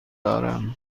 دارم